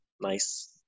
nice